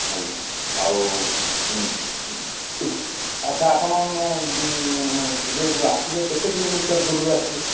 hello ଆଉ ଆଚ୍ଛା ଆପଣ ଏବେ ଯେଉଁ ଆସିବେ କେତେ କିଲୋମିଟର ଦୂରରୁ ଆସିବେ